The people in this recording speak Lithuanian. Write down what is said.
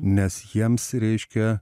nes jiems reiškia